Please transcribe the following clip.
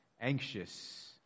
anxious